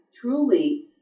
truly